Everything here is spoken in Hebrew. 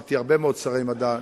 עברתי הרבה מאוד שרי מדע,